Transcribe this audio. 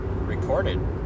recorded